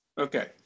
Okay